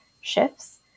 shifts